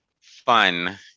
fun